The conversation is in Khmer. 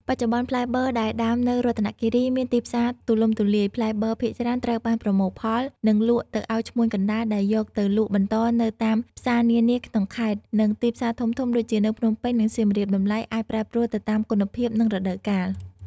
បច្ចុប្បន្ន ផ្លែបឺរដែលដាំនៅរតនគិរីមានទីផ្សារទូលំទូលាយ ផ្លែបឺរភាគច្រើនត្រូវបានប្រមូលផល និងលក់ទៅឱ្យឈ្មួញកណ្ដាលដែលយកទៅលក់បន្តនៅតាមផ្សារនានាក្នុងខេត្ត និងទីក្រុងធំៗដូចជានៅភ្នំពេញ និងសៀមរាប តម្លៃអាចប្រែប្រួលទៅតាមគុណភាព និងរដូវកាល។